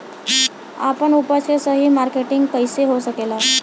आपन उपज क सही मार्केटिंग कइसे हो सकेला?